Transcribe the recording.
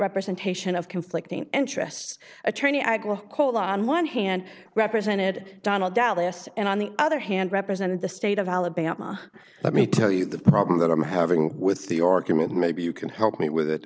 representation of conflicting interests attorney igual cole on one hand represented donald dallas and on the other hand represented the state of alabama let me tell you the problem that i'm having with the argument maybe you can help me with